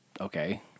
okay